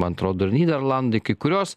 man atrodo ir nyderlandai kai kurios